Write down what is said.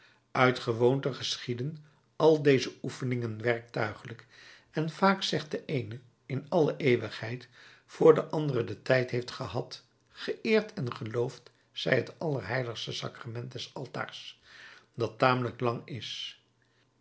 uit gewoonte geschieden al deze oefeningen werktuiglijk en vaak zegt de eene in alle eeuwigheid voor de andere den tijd heeft gehad te zeggen geëerd en geloofd zij het allerheiligste sacrament des altaars dat tamelijk lang is